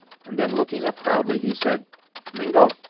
and then looking up proudly, he said mingo,